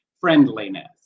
friendliness